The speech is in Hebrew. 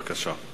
בבקשה.